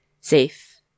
Safe